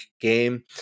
game